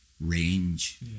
range